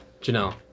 Janelle